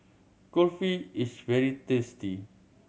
kulfi is very tasty